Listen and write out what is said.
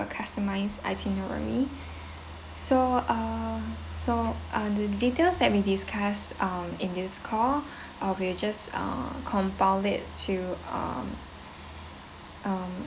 customized itinerary so uh so uh the details that we discussed um in this call I will just uh compile it to um uh